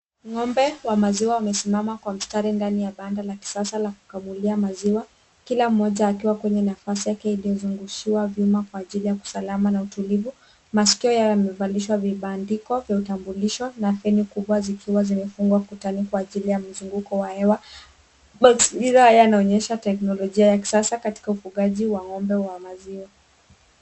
Ng'ombe wa maziwa wamesimama kwa mstari ndani ya banda la kisasa la kukamulia maziwa kila mmoja akiwa kwenye nafasi yake iliyozungushiwa vima kwa ajili ya usalama na utulivu. Masikio yao yamevalishwa vibandiko vya utambulisho na feni kubwa zikiwa zimefungwa kutani kwa ajili ya mzunguko wa hewa. Mazingira yanaonyesha teknolojia ya kisasa katika ufugaji wa ng'ombe wa maziwa.